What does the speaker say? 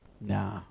Nah